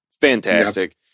fantastic